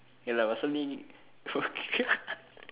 ya lah pasal ni